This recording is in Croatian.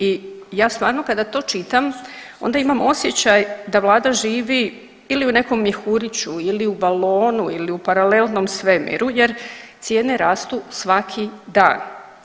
I ja stvarno kada to čitam, onda imam osjećaj da Vlada živi ili u nekom mjehuriću ili u balonu ili u paralelnom svemiru, jer cijene rastu svaki dan.